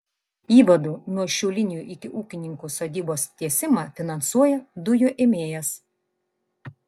įvadų nuo šių linijų iki ūkininko sodybos tiesimą finansuoja dujų ėmėjas